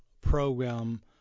program